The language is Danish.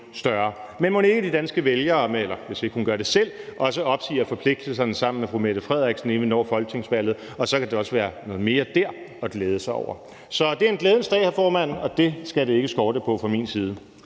Men mon ikke de danske vælgere, hvis ikke hun gør det selv, også opsiger forpligtelserne sammen med statsministeren, inden vi når folketingsvalget? Og så kan der også være noget mere dér at glæde sig over. Så det er en glædens dag, hr. formand, og glæde skal det ikke skorte på fra min side.